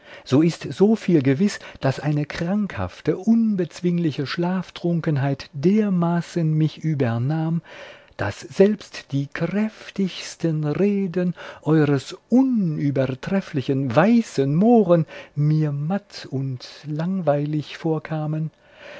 so ist so viel gewiß daß eine krankhafte unbezwingliche schlaftrunkenheit dermaßen mich übernahm daß selbst die kräftigsten reden eures unübertreffliche weißen mohren mir matt und langweilig vorkamen